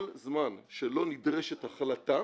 כל זמן שלא נדרשת החלטה,